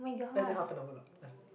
less than half an hour lah less